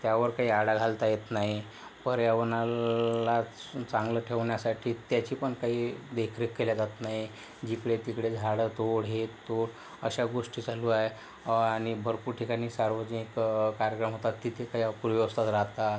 त्यावर काही आळा घालता येत नाही पर्यावरणालाच चांगलं ठेवण्यासाठी त्याची पण काही देखरेख केल्या जात नाही जिकडे तिकडे झाडं तोड हे तोड अशा गोष्टी चालू आहे आणि भरपूर ठिकाणी सार्वजनिक कार्यक्रम होतात तिथे काही अपुरी व्यवस्था राहतात